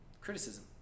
Criticism